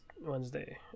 Wednesday